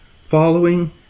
following